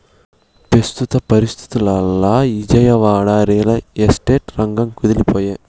పెస్తుత పరిస్తితుల్ల Vijayawada, real estate రంగం కుదేలై పాయె